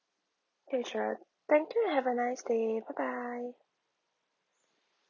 okay sure thank you have a nice day bye bye